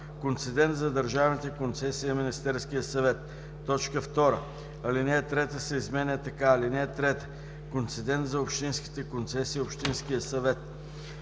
Концедент за държавните концесии е Министерският съвет.” 2. ал. 3 се изменя така: „(3) Концедент за общинските концесии е общинският съвет“.